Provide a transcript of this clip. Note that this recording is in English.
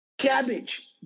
Cabbage